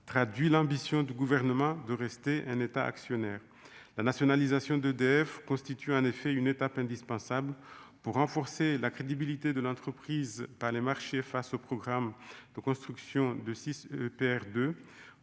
la nationalisation d'EDF constitue en effet une étape indispensable pour renforcer la crédibilité de l'entreprise par les marchés face au programme de construction de Six EPR